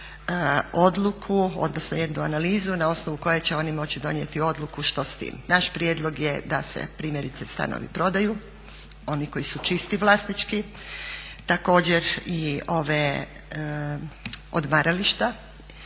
odluku odnosno jednu analizu na osnovu koje će oni moći donijeti odluku što s tim. Naš prijedlog je da se primjerice stanovi prodaju, oni koji su čisti vlasnički, također i ova odmarališta.